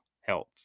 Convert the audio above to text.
health